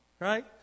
Right